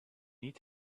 eat